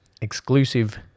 exclusive